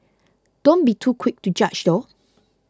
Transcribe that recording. don't be too quick to judge though